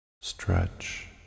stretch